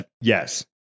yes